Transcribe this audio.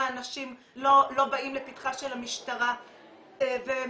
אנשים לא באים לפתחה של המשטרה ומתלוננים.